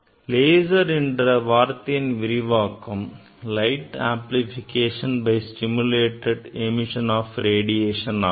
laser என்ற வார்த்தையின் விரிவாக்கம் light amplification by stimulated emission of radiation ஆகும்